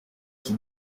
qui